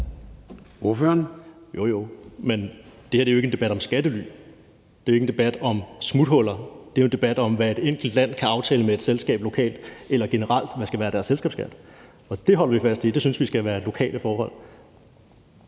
(LA): Jo jo, men det her er jo ikke en debat om skattely, og det er ikke en debat om smuthuller. Det er jo en debat om, hvad et enkelt land kan aftale med et selskab lokalt, eller hvad deres selskabsskat generelt skal være, og det holder vi fast i at vi synes skal være lokale forhold.